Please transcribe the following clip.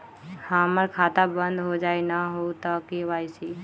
हमर खाता बंद होजाई न हुई त के.वाई.सी?